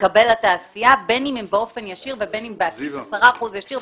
תקבל התעשייה בין אם באופן ישיר ובין אם ב-10 אחוזים ישיר.